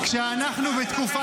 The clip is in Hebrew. אין לך מושג מה כתוב בחוברת